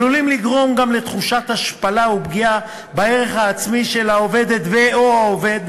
עלולים לגרום גם לתחושת השפלה ופגיעה בערך העצמי של העובדת או העובד,